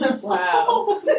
Wow